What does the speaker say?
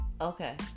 Okay